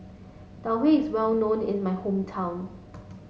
Tau Huay is well known is my hometown